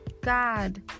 God